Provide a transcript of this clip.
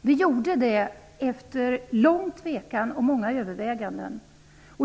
Det gjorde vi efter lång tvekan och många överväganden.